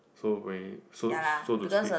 so so so to speak